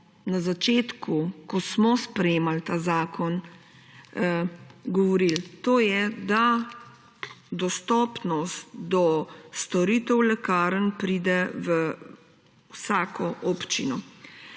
na začetku, ko smo sprejemali ta zakon, govorili. To je, da dostopnost do storitev lekarn pride v vsako občino.